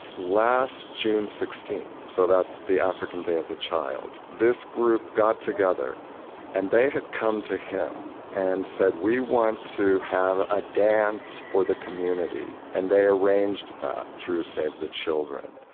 last june sixteenth, so that's the african day of the child, this group got together and they had come to him and said, we want to have a dance for the community. and they arranged that through save the children.